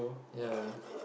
ya